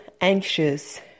anxious